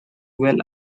well